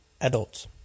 adults